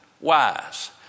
wise